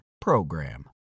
PROGRAM